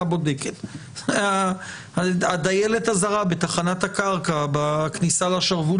בודקת אלא בודקת הדיילת הזרה בתחנת הקרקע בכניסה לשרוול